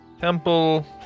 temple